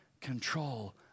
control